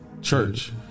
church